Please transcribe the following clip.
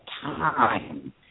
time